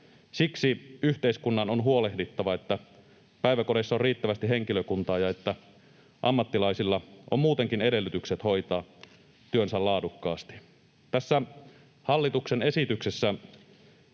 Siksi yhteiskunnan on huolehdittava, että päiväkodeissa on riittävästi henkilökuntaa ja että ammattilaisilla on muutenkin edellytykset hoitaa työnsä laadukkaasti. Tässä hallituksen esityksessä